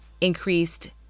increased